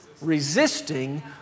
resisting